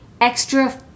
extra